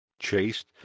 chased